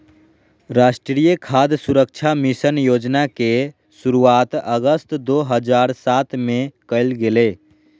राष्ट्रीय खाद्य सुरक्षा मिशन योजना के शुरुआत अगस्त दो हज़ार सात में कइल गेलय